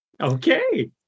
Okay